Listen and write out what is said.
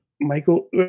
Michael